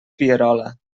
pierola